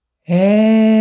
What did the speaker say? Hey